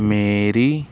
ਮੇਰੀ